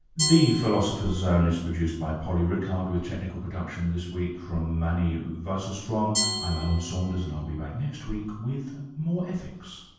the philosopher's zone is produced by polly rickard, with technical production this week from manny wassershtrom. i'm alan saunders and i'll be back next week with more ethics